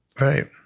Right